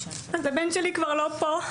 הבן שלי כבר לא פה,